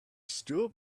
still